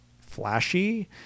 flashy